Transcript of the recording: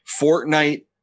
Fortnite